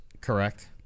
correct